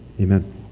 Amen